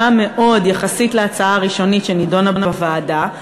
מאוד יחסית להצעה הראשונית שנדונה בוועדה,